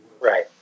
Right